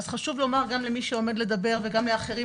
אז חשוב לומר גם למי שעומד לדבר וגם לאחרים